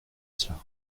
cela